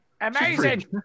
Amazing